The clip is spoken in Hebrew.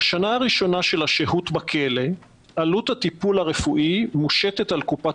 בשנה הראשונה של השהות בכלא עלות הטיפול הרפואי מושתת על קופת